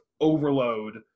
overload